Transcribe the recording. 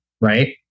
Right